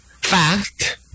Fact